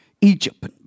Egypt